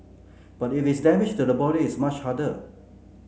but if it's damage to the body it's much harder